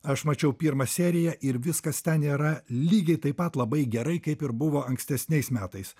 aš mačiau pirmą seriją ir viskas ten yra lygiai taip pat labai gerai kaip ir buvo ankstesniais metais